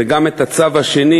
וגם את הצו השני,